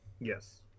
Yes